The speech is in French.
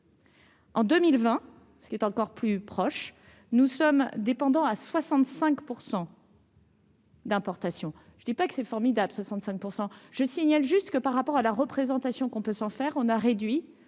En 2020, ce qui est encore plus proche, nous sommes dépendants à 65 %. D'importation, je dis pas que c'est formidable 65 % je signale juste que par rapport à la représentation qu'on peut s'en faire, on a réduit